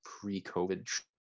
pre-COVID